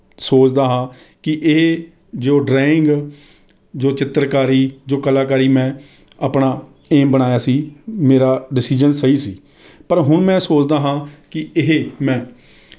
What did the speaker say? ਸੋਚਦਾ ਹਾਂ ਕੀ ਇਹ ਜੋ ਡਰਾਇੰਗ ਜੋ ਚਿੱਤਰਕਾਰੀ ਜੋ ਕਲਾਕਾਰੀ ਮੈਂ ਆਪਣਾ ਏਮ ਬਣਾਇਆ ਸੀ ਮੇਰਾ ਡਿਸਿਜ਼ਨ ਸਹੀ ਸੀ ਪਰ ਹੁਣ ਮੈਂ ਸੋਚਦਾ ਹਾਂ ਕਿ ਇਹ ਮੈਂ